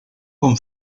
con